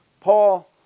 Paul